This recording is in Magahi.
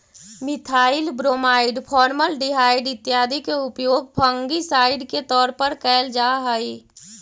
मिथाइल ब्रोमाइड, फॉर्मलडिहाइड इत्यादि के उपयोग फंगिसाइड के तौर पर कैल जा हई